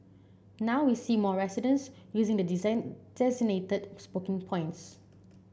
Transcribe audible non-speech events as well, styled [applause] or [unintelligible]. now we see more residents using the [unintelligible] designated [unintelligible] points